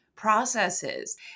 Processes